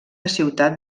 ciutat